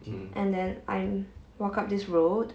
and then I'm walk up this road